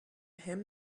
him